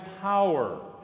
power